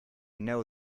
know